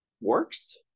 works